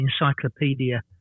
encyclopedia